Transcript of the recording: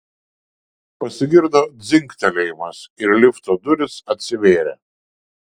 pasigirdo dzingtelėjimas ir lifto durys atsivėrė